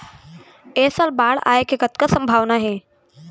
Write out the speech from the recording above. ऐ साल बाढ़ आय के कतका संभावना हे?